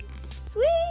sweet